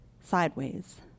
sideways